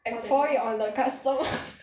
I pour it on the customer